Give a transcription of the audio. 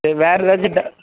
இது வேறு ஏதாச்சும் ட